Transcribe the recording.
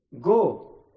Go